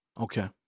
Okay